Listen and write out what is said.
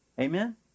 Amen